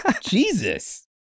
Jesus